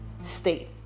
state